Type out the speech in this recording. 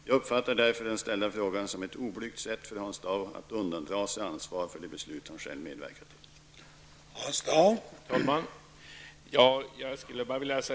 Jag uppfattar därför den ställda frågan som ett oblygt sätt från Hans Dau att undandra sig ansvar för det beslut han själv medverkat till.